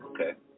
Okay